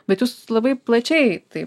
bet jūs labai plačiai taip